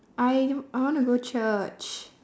I I wanna go church